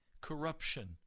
corruption